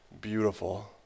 beautiful